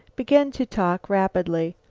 began to talk rapidly.